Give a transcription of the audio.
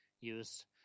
use